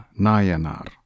Nayanar